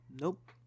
nope